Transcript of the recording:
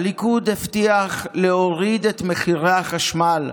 הליכוד הבטיח להוריד את מחירי החשמל,